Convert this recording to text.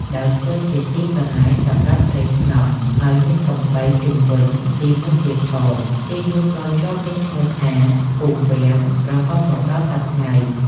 ដោយធ្វើជាទីកន្លែងសម្រាប់ស្រីស្នំហើយមានកំពែងជុំវិញទីនោះទៀតផង ទីនោះក៏ជាប់មានឈ្មោះថា ភូមិវាំង រហូតមកដល់សព្វថ្ងៃ ។